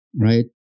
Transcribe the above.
right